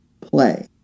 play